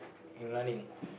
in running